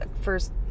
first